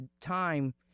time